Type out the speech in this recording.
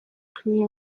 career